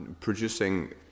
producing